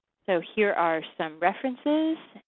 so here are some references,